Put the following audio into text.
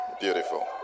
Beautiful